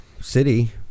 city